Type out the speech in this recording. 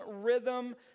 rhythm